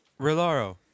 Rilaro